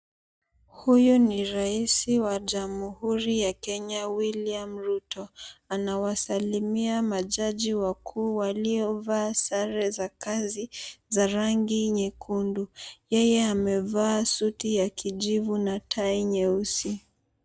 Huyu ni Rais wa Jamhuri ya Kenya William Ruto. Anawasalimia majaji wakuu waliovaa sare za kazi za rangi nyekundu, yeye amevaa suti ya kijivu na tai nyeusi.